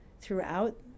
throughout